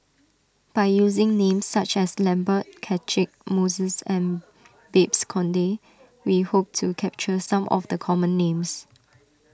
by using names such as Lambert Catchick Moses and Babes Conde we hope to capture some of the common names